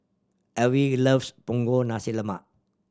Alvie loves Punggol Nasi Lemak